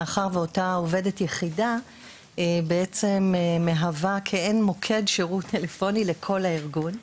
מאחר שאותה עובדת יחידה מהווה מעין מוקד שירות טלפוני לכל הארגון.